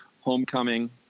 Homecoming